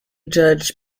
judge